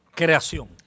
creación